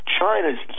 China's